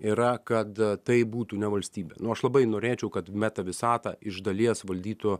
yra kad tai būtų ne valstybė nu aš labai norėčiau kad meta visatą iš dalies valdytų